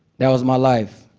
that was my life.